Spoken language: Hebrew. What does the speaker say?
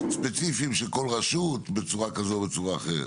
הספציפיים של כל רשות בצורה כזו או בצורה אחרת.